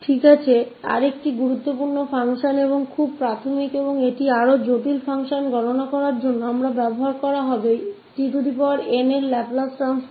ठीक है तो एक और महत्वपूर्ण function है और बहुत प्राथमिक और यह अधिक जटिल कार्यों की गणना करने के लिए कई बार फिर से उपयोग किया जाएगा जो tn का लाप्लास transform है